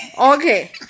Okay